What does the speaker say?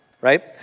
right